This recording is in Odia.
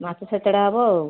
ମାଛ ଛେଛେଡ଼ା ହେବ ଆଉ